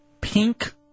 Pink